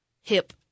hip